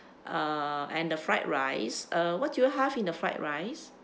uh and the fried rice uh what do you have in the fried rice